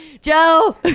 Joe